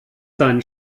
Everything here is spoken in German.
deinen